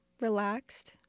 relaxed